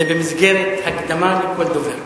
זה במסגרת הקדמה לכל דובר.